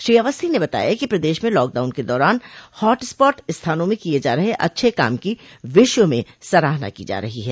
श्री अवस्थी ने बताया कि प्रदेश में लॉकडाउन के दौरान हॉट स्पॉट स्थानों में किये जा रहे अच्छे काम की विश्व में सराहना की जा रही है